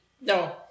no